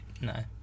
No